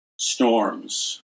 storms